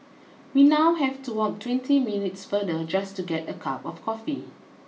we now have to walk twenty minutes farther just to get a cup of coffee